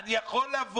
לא.